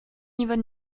yvonne